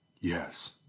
Yes